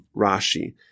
Rashi